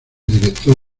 director